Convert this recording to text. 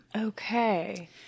Okay